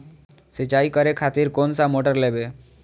सीचाई करें खातिर कोन सा मोटर लेबे?